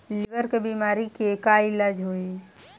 Liver के बीमारी के का इलाज होई?